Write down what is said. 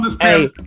hey